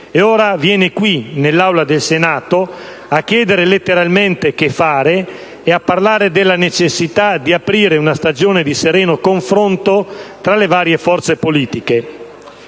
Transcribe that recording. E ora viene qui, nell'Aula del Senato, a chiedere, letteralmente, «che fare?» e a parlare della necessità di «aprire una stagione di sereno confronto tra le varie forze politiche»?